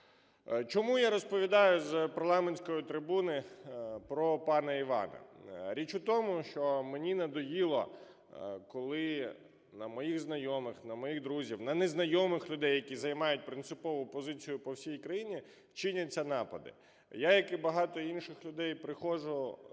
Чому я розповідаю з парламентської трибуни про пана Івана? Річ у тому, що мені надоїло, коли на моїх знайомих, на моїх друзів, на незнайомих людей, які займають принципову позицію по всій країні, чиняться напади. Я, як і багато інших людей, приходжу